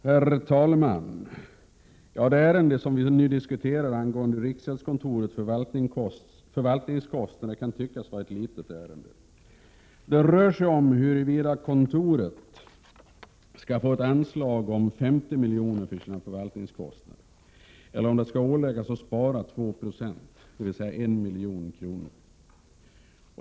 Herr talman! Det ärende som vi nu diskuterar och som gäller riksgäldskontorets förvaltningskostnader kan tyckas vara ett litet ärende. Det rör sig om huruvida kontoret skall få ett anslag om 50 miljoner för sina förvaltningskostnader eller om det skall åläggas att spara 2 20, dvs. 1 milj.kr.